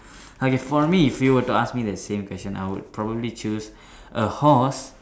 okay for me if you would to ask me that same question I would probably choose a horse